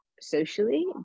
socially